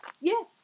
yes